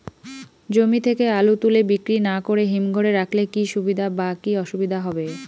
জমি থেকে আলু তুলে বিক্রি না করে হিমঘরে রাখলে কী সুবিধা বা কী অসুবিধা হবে?